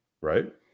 right